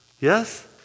Yes